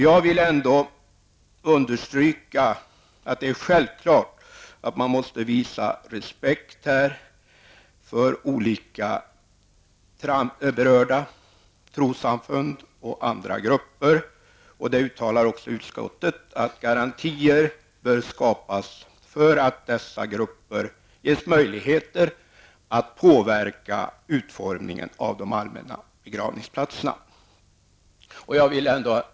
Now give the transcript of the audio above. Jag vill ändå understryka att det är självklart att man här måste visa respekt för olika berörda trossamfund och andra grupper. Utskottet uttalar också att garantier bör skapas för att dessa grupper ges möjligheter att påverka utformningen av de allmänna begravningsplatserna.